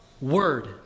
word